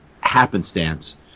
happenstance